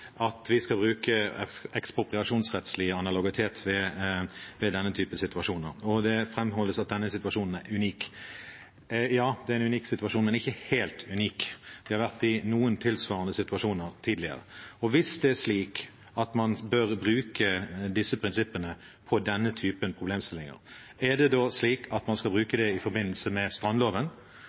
at vi skal bruke ekspropriasjonsrettslig analogitet ved denne typen situasjoner, og det framholdes at denne situasjonen er unik. Ja, det er en unik situasjon, men ikke helt unik – vi har vært i noen tilsvarende situasjoner tidligere. Hvis det er slik at man bør bruke disse prinsippene på denne typen problemstillinger, er det da slik at man skulle ha brukt dem i forbindelse med strandloven,